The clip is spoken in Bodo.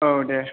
औ दे